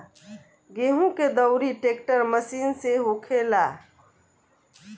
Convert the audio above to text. गेहूं के दउरी ट्रेक्टर मशीन से होखेला